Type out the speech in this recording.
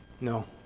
No